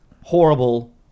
horrible